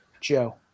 Joe